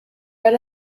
read